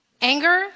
Anger